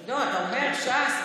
לא, אתה אומר ש"ס.